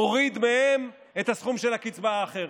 מוריד מהם את הסכום של הקצבה האחרת.